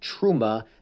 Truma